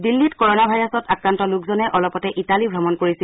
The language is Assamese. দিল্লীত কৰোণা ভাইৰাছত আক্ৰান্ত লোকজন অলপতে ইটালী অমণ কৰিছিল